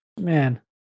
Man